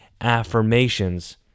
affirmations